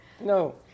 no